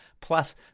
Plus